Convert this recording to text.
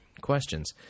questions